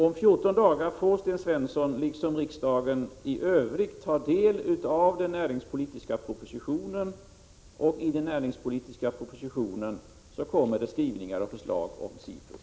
Om 14 dagar får Sten Svensson liksom riksdagen i övrigt ta del av den näringspolitiska propositionen, och där kommer det skrivningar och förslag om SIFU.